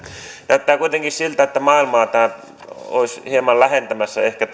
näyttää kuitenkin siltä että maailman maita tämä olisi hieman lähentämässä ehkä